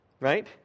right